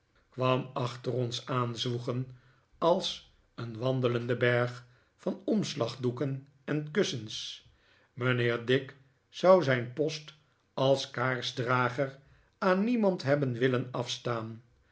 kwam achter ons aan zwoegen als een wandelende berg van omslagdoeken en kussens mijnheer dick zou zijn post als kaarsdrager aan niemand hebben willen afstaan